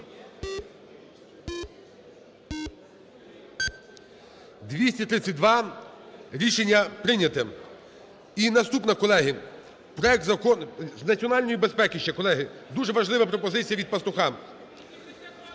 За-232 Рішення прийняте. І наступна, колеги. Проект Закону… З національної безпеки ще, колеги. Дуже важлива пропозиція від Пастуха.